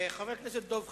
חבר הכנסת דב חנין,